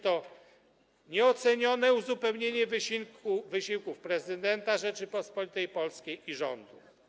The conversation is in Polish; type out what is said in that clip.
To nieocenione uzupełnienie wysiłków prezydenta Rzeczypospolitej Polskiej i rządu.